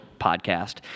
podcast